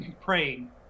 praying